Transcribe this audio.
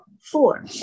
four